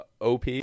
OP